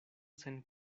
sen